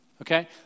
Okay